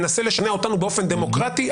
מנסה לשכנע אותנו באופן דמוקרטי,